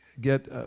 get